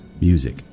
music